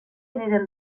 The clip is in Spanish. viven